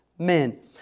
Men